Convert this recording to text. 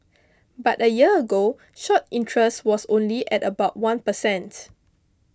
but a year ago short interest was only at about one per cent